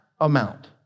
amount